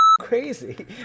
crazy